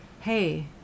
hey